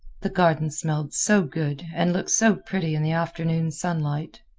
the garden smelled so good and looked so pretty in the afternoon sunlight.